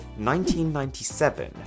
1997